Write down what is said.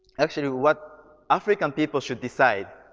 actually what african people should decide,